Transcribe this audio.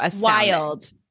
wild